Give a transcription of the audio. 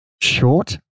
short